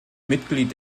mitglied